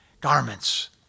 garments